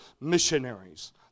missionaries